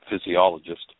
physiologist